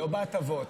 לא בהטבות.